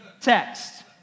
text